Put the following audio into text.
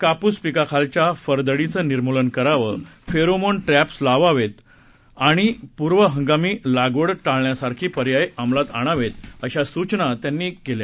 कापूस पिकाखालच्या फरदडीचं निर्मूलन करावं फेरोमोन ट्रेस्ठि लावावेत आणि पूर्वहंगामी लागवड टाळण्यासारखे पर्याय अंमलात आणावेत अशी सूचना त्यांनी केली